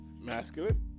masculine